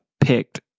picked